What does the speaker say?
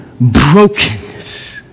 brokenness